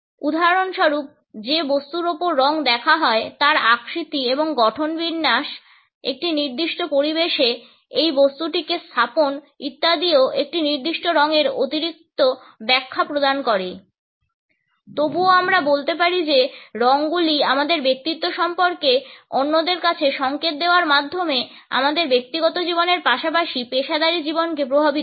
উদাহরণস্বরূপ যে বস্তুর উপর রঙ দেখা যায় তার আকৃতি এবং গঠনবিন্যাস একটি নির্দিষ্ট পরিবেশে এই বস্তুটিকে স্থাপন ইত্যাদিও একটি নির্দিষ্ট রঙের অতিরিক্ত ব্যাখ্যা প্রদান করে তবুও আমরা বলতে পারি যে রঙগুলি আমাদের ব্যক্তিত্ব সম্পর্কে অন্যদের কাছে সংকেত দেওয়ার মাধ্যমে আমাদের ব্যক্তিগত জীবনের পাশাপাশি পেশাদারী জীবনকে প্রভাবিত করে